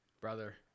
Brother